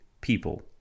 people